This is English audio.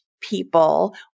people